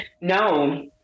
no